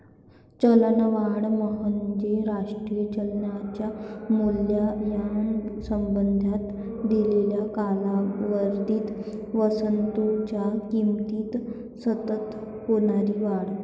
चलनवाढ म्हणजे राष्ट्रीय चलनाच्या मूल्याच्या संबंधात दिलेल्या कालावधीत वस्तूंच्या किमतीत सतत होणारी वाढ